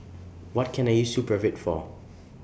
What Can I use Supravit For